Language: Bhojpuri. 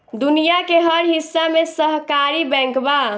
दुनिया के हर हिस्सा में सहकारी बैंक बा